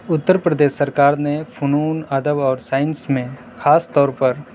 اترپردیش سرکار نے فنون ادب اور سائنس میں خاص طور پر